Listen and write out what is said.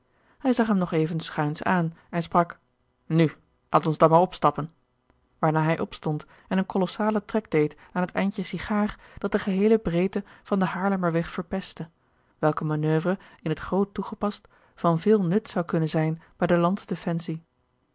hij zag hem nog even schuins aan en sprak nu laat ons dan maar opstappen waarna hij opstond en een kolossalen trek deed aan het eindje sigaar dat de geheele breedte van den haarlemmerweg verpestte welke manoeuvre in het groot toegepast van veel nut zou kunnen zijn bij de